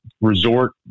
resort